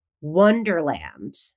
wonderland